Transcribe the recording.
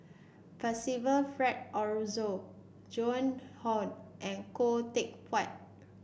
Percival Frank Aroozoo Joan Hon and Khoo Teck Puat